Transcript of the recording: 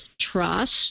trust